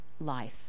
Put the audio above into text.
life